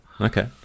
Okay